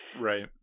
Right